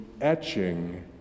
etching